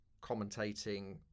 commentating